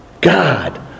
God